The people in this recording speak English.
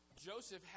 Joseph